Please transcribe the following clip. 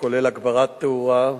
כולל הגברת תאורה,